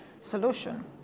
solution